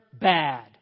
bad